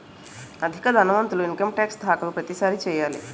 అధిక ధనవంతులు income tax దాఖలు ప్రతిసారి చేయాలి